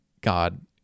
God